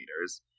meters